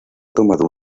tomado